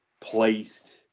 placed